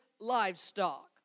livestock